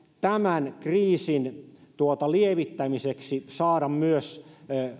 tämän kriisin lievittämiseksi saada myös